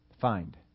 find